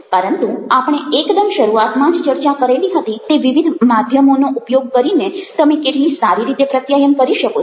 પરંતુ આપણે એકદમ શરૂઆતમાં જ ચર્ચા કરેલી હતી તે વિવિધ માધ્યમોનો ઉપયોગ કરીને તમે કેટલી સારી રીતે પ્રત્યાયન કરી શકો છો